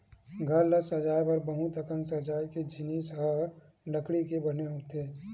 घर ल सजाए बर बहुत अकन सजाए के जिनिस ह लकड़ी के बने होथे